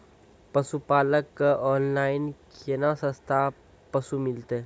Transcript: पशुपालक कऽ ऑनलाइन केना सस्ता पसु मिलतै?